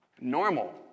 normal